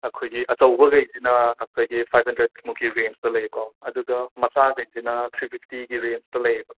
ꯑꯩꯈꯣꯏꯒꯤ ꯑꯆꯧꯕꯈꯩꯁꯤꯅ ꯑꯩꯈꯣꯏꯒꯤ ꯐꯥꯏꯞ ꯍꯟꯗ꯭ꯔꯗ ꯃꯨꯛꯀꯤ ꯔꯦꯟꯖꯗ ꯂꯩꯌꯦꯀꯣ ꯑꯗꯨꯒ ꯃꯆꯥꯘꯩꯁꯤꯅ ꯊ꯭ꯔꯤ ꯐꯤꯞꯇꯤꯒꯤ ꯔꯦꯟꯖꯇ ꯂꯩꯌꯦꯕ